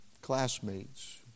classmates